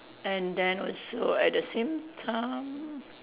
and then also at the same time